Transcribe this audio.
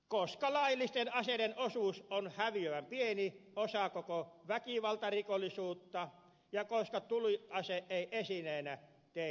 koska laillisten aseiden osuus on häviävän pieni osa koko väkivaltarikollisuutta ja koska tuliase ei esineenä tee kenestäkään tappajaa